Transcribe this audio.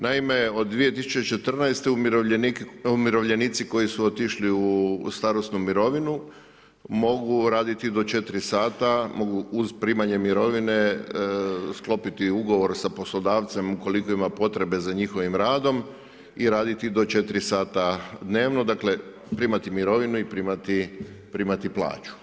Naime, od 2014. umirovljenici koji su otišli u starosnu mirovinu mogu raditi do 4 sata, mogu uz primanje mirovine sklopiti ugovor sa poslodavcem ukoliko ima potrebe za njihovim radom i raditi do 4 sata dnevno, dakle primati mirovinu i primati plaću.